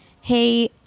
hey